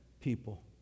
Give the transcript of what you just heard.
people